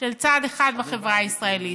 של צד אחד בחברה הישראלית,